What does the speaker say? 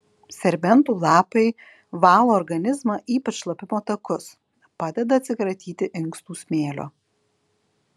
serbentų lapai valo organizmą ypač šlapimo takus padeda atsikratyti inkstų smėlio